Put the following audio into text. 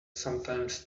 sometimes